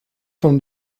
from